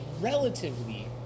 relatively